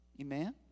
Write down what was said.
Amen